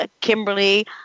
Kimberly